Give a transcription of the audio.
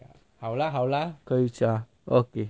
好 lah 好 lah 可以下啦 okay